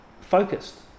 focused